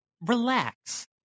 Relax